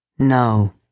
No